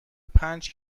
پنج